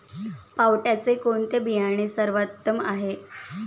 पावट्याचे कोणते बियाणे सर्वोत्तम आहे?